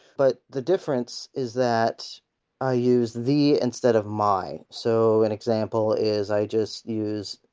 but the difference is that i use! the! instead of! my. so an example is i just use!